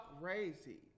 crazy